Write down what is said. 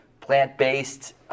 plant-based